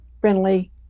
friendly